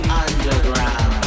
underground